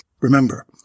Remember